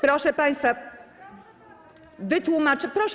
Proszę państwa, wytłumaczę.